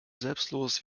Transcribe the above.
selbstlos